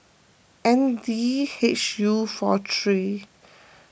N D H U four three